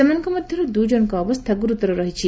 ସେମାନଙ୍କ ମଧ୍ଧରୁ ଦୁଇଜଣଙ୍କ ଅବସ୍ଥା ଗୁରୁତର ରହିଛି